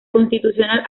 constitucional